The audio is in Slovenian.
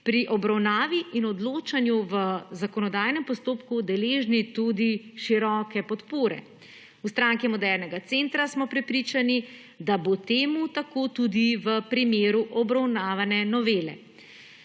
pri obravnavi in odločanju v zakonodajnem postopku deležni tudi široke podpore. V Stranki modernega centra smo prepričani, da bo temu tako tudi v primeru obravnavane novele.